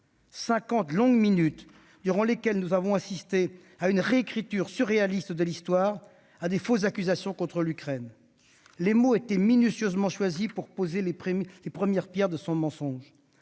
longues minutes durant lesquelles nous avons assisté à une réécriture surréaliste de l'Histoire, un discours composé de fausses accusations contre l'Ukraine. Les mots étaient minutieusement choisis pour poser les premières pierres de son mensonge.